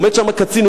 עומד שם קצין.